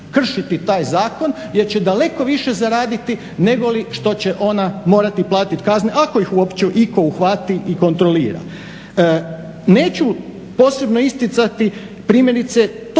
kršiti taj zakon, jer će daleko više zaraditi nego što će ona morati platiti kazne, ako ih uopće itko uhvati i kontrolira. Neću posebno isticati primjerice